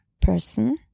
person